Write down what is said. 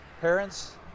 parents